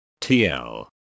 tl